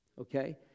Okay